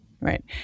right